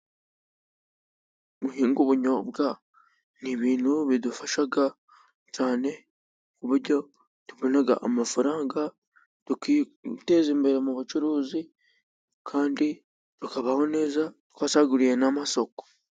Guhinga ubunyobwa ni ibintu bidufashaga cyane ku buryo tubona amafaranga tukiteza imbere mu bucuruzi kandi tukabaho neza twasaguriye n'amasoko.